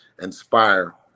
inspire